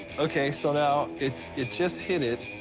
okay, so now it it just hit it,